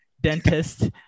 dentist